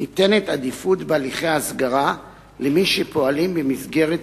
ניתנת עדיפות בהליכי ההסגרה למי שפועלים במסגרת